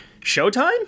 Showtime